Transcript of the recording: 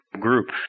group